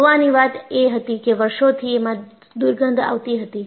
જોવાની વાત એ હતી કે વર્ષોથી એમાં દુર્ગંધ આવતી હતી